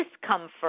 discomfort